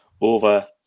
over